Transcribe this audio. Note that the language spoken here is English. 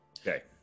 Okay